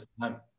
time